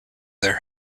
their